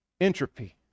Entropy